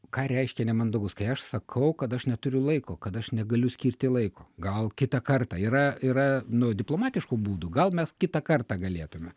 ką reiškia nemandagus kai aš sakau kad aš neturiu laiko kad aš negaliu skirti laiko gal kitą kartą yra yra nu diplomatiškų būdų gal mes kitą kartą galėtume